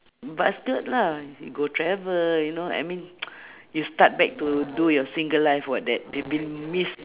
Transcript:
busted lah you go travel you know I mean you start back to do your single life what that they been miss